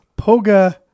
Poga